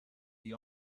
the